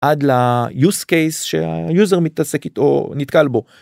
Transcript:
עד ליוס קייס שהיוזר מתעסק איתו או נתקל בו.